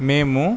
మేము